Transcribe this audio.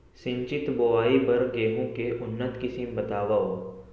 सिंचित बोआई बर गेहूँ के उन्नत किसिम बतावव?